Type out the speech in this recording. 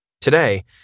Today